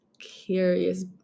curious